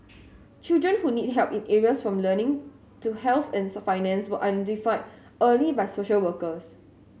children who need help in areas from learning to health and finance were identified early by social workers